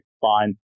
fine